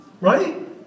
Right